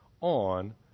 On